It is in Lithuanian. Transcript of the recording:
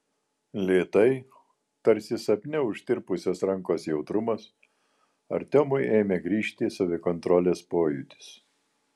lėtai tarsi sapne užtirpusios rankos jautrumas artiomui ėmė grįžti savikontrolės pojūtis